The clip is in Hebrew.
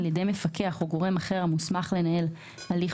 על ידי מפקח או גורם אחר המוסמך לנהל הליך